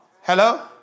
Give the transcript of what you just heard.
Hello